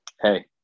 hey